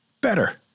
better